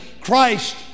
Christ